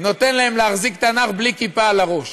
נותן להם להחזיק תנ"ך בלי כיפה על הראש.